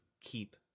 keep